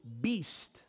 beast